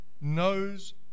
knows